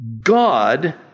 God